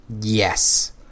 Yes